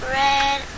red